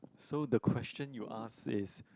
so the question you ask is